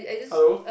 hello